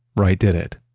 wright did it.